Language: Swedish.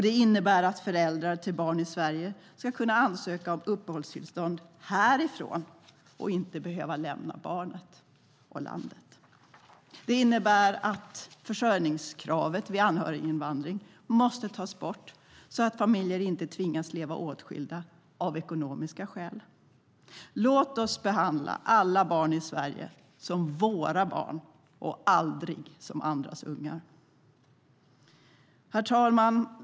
Det innebär att föräldrar till barn i Sverige ska kunna ansöka om uppehållstillstånd härifrån och inte behöva lämna barnet och landet. Det innebär att försörjningskravet vid anhöriginvandring måste tas bort, så att familjer inte tvingas leva åtskilda av ekonomiska skäl. Låt oss behandla alla barn i Sverige som våra barn och aldrig som andras ungar! Herr talman!